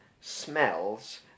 smells